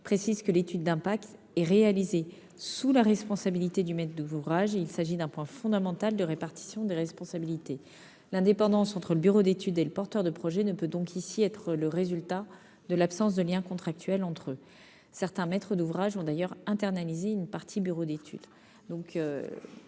précise que l'étude d'impact est réalisée sous la responsabilité du maître d'ouvrage. Il s'agit d'un point fondamental de répartition des responsabilités. L'indépendance entre le bureau d'études et le porteur de projet ne peut donc être le résultat de l'absence de lien contractuel entre eux. Certains maîtres d'ouvrage ont d'ailleurs internalisé une partie des bureaux d'études.